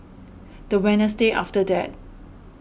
the Wednesday after that